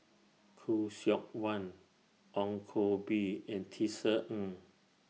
Khoo Seok Wan Ong Koh Bee and Tisa Ng